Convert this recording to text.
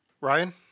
Ryan